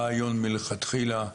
הרעיון שעומד מאחורי הצעת החוק,